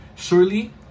Surely